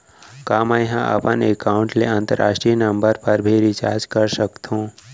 का मै ह अपन एकाउंट ले अंतरराष्ट्रीय नंबर पर भी रिचार्ज कर सकथो